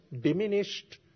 diminished